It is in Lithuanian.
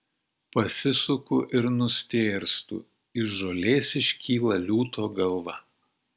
pasisuku ir nustėrstu iš žolės iškyla liūto galva